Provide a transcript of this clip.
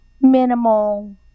minimal